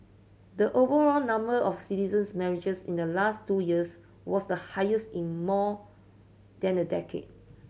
the overall number of citizens marriages in the last two years was the highest in more than a decade